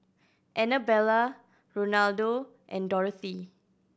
Annabella Ronaldo and Dorothy